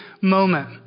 moment